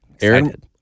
Aaron